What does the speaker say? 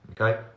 Okay